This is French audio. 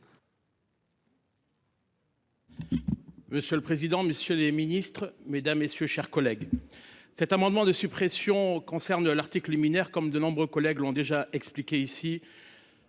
Monsieur le président. Messieurs les Ministres, mesdames, messieurs, chers collègues. Cet amendement de suppression concerne l'article liminaire comme de nombreux collègues l'ont déjà expliqué ici.